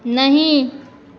नहीं